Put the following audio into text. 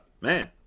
Man